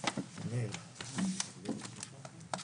שלום לכולם,